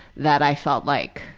that i felt like,